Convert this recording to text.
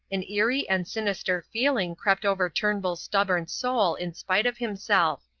an eerie and sinister feeling crept over turnbull's stubborn soul in spite of himself.